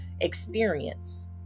experience